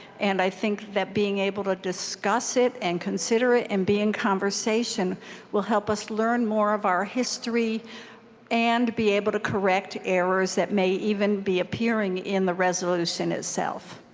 and i think that being able to discuss it and consider it and be in conversation will help us learn more of our history and be able to correct errors that may even be appearing in the resolution itself.